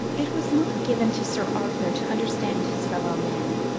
it was not given to sir arthur to understand his fellow-men,